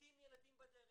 מתים ילדים בדרך,